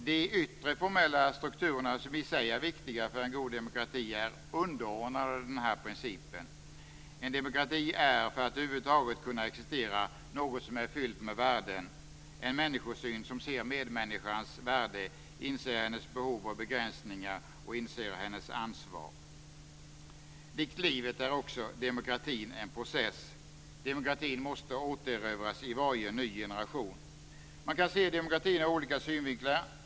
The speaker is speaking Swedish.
De yttre formella strukturerna som i sig är viktiga för en god demokrati är underordnade denna princip. En demokrati är - för att över huvud taget kunna existera - något som är fyllt med värden, dvs. en människosyn som ser medmänniskans värde, inser hennes behov och begränsningar, inser hennes ansvar. Likt livet är också demokratin en process. Demokratin måste återerövras av varje ny generation. Demokratin kan ses ur olika synvinklar.